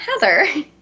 Heather